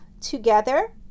together